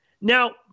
Now